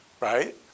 Right